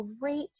great